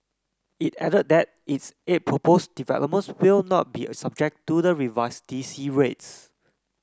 it added that its eight proposed developments will not be subject to the revised D C rates